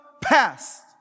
past